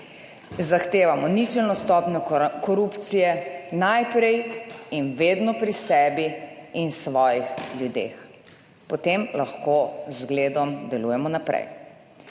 Zahtevamo ničelno stopnjo korupcije najprej in vedno pri sebi in svojih ljudeh, potem lahko z zgledom delujemo naprej.